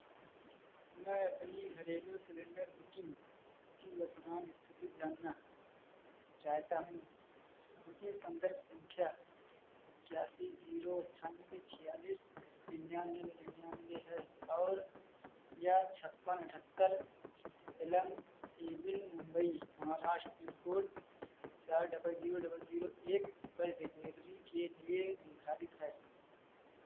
मैं अपनी घरेलू सिलेंडर बुकिंग की वर्तमान स्थिति जानना चाहेता हूँ बुकिंग सन्दर्भ संख्या इक्यासी जीरो अंठानवे छियालीस निन्यानवे निन्यानवे है और यह छप्पन अठहत्तर इलम एविल मुंबई महाराष्ट्र पिन कोड चार डबल जीरो डबल जीरो एक पर डिलेवरी के लिए निर्धारित है